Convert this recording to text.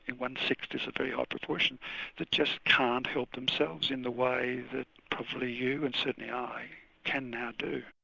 one sixth is a very high proportion that just can't help themselves in the way that probably you and certainly i can now do.